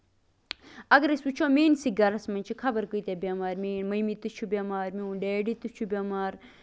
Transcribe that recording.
اَگر أسۍ وٕچھو میٲنۍ سی گرَس منٛز چھِ خبر کۭتیاہ بیمار میٲنۍ مٔمی تہِ چھِ بیمار میون ڈیڈی تہِ چھُ بیمار